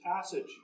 passage